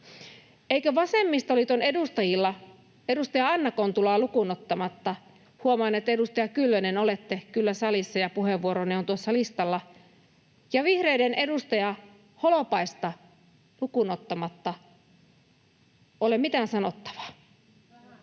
Eikö vasemmistoliiton edustajilla edustaja Anna Kontulaa lukuun ottamatta — huomaan, että, edustaja Kyllönen, olette kyllä salissa ja puheenvuoronne on tuossa listalla — ja vihreiden edustaja Holopaista lukuun ottamatta ole mitään sanottavaa?